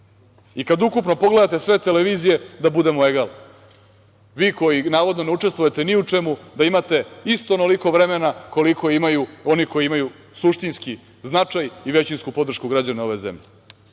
Kada ukupno pogledate sve televizije, da budemo egal, vi koji navodno ne učestvujete ni u čemu, da imate isto onoliko vremena koliko imaju oni koji imaju suštinski značaj i većinsku podršku građana ove zemlje. Kako